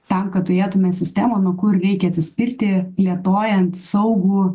tam kad turėtume sistemą nuo kur reikia atsispirti plėtojant saugų